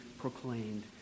proclaimed